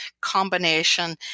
combination